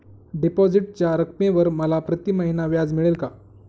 डिपॉझिटच्या रकमेवर मला प्रतिमहिना व्याज मिळेल का?